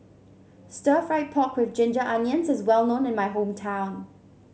Stir Fried Pork with Ginger Onions is well known in my hometown